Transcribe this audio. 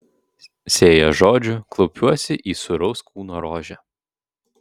sėja žodžių klaupiuosi į sūraus kūno rožę